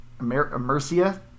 Mercia